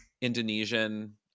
indonesian